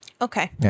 Okay